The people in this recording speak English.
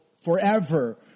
forever